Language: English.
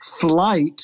Flight